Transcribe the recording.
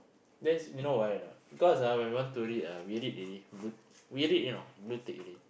that's you know why or not because ah when we want read ah we read already blue we read you know blue tick already